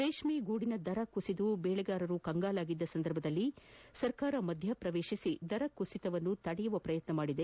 ರೇಷ್ಮೆಗೂದಿನ ದರ ಕುಸಿದು ಬೆಳೆಗಾರರು ಕಂಗಾಲಾಗಿದ್ದ ಸಂದರ್ಭದಲ್ಲಿ ಸರ್ಕಾರ ಮಧ್ಯ ಪ್ರವೇಶಿಸಿ ದರ ಕುಸಿತ ತಡೆಯುವ ಪ್ರಯತ್ನ ಮಾಡಿದೆ